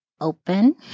open